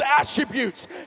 attributes